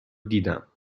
دیدم